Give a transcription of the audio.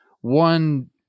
one